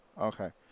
Okay